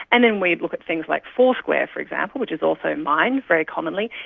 and then we look at things like foursquare, for example, which is also mined very commonly,